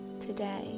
today